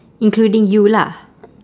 including you lah